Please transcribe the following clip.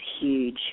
huge